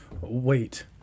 wait